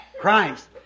Christ